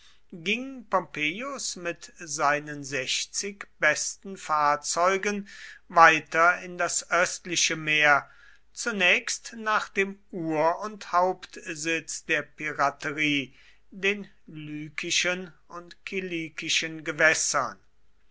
ging pompeius mit seinen sechzig besten fahrzeugen weiter in das östliche meer zunächst nach dem ur und hauptsitz der piraterie den lykischen und kilikischen gewässern